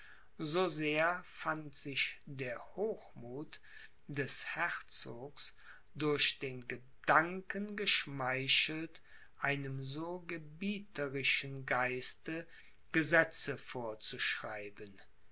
so sehr fand sich der hochmuth des herzogs durch den gedanken geschmeichelt einem so gebieterischen geiste gesetze vorzuschreiben